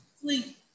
sleep